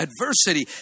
adversity